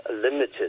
limited